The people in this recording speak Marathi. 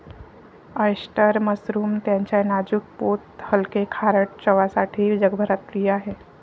ऑयस्टर मशरूम त्याच्या नाजूक पोत हलके, खारट चवसाठी जगभरात प्रिय आहे